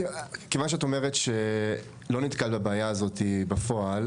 כיוון שאת אומרת שלא נתקלת בבעיה הזאת בפועל,